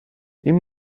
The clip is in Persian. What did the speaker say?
این